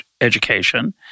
education